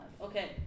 Okay